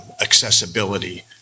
accessibility